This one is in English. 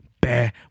bear